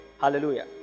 Hallelujah